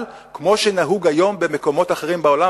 כמו שנהוג היום במקומות אחרים בעולם,